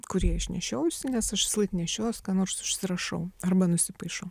kurį aš nešiojausi nes aš visą laik nešiojuosi ką nors užsirašau arba nusipaišau